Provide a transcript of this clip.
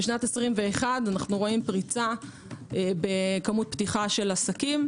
ב-21' אנו רואים פריצה בכמות פתיחת עסקים.